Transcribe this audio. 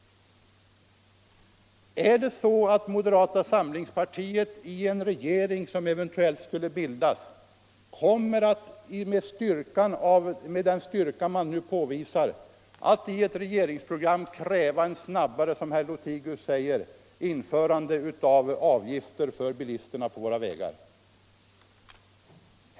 Kommer moderata samlingspartiet i en eventuell regering, med den styrka man nu påvisar, att i ett regeringsprogram kräva, som herr Lothigius säger, snabbare införande av avgifter för bilisterna på våra vägar?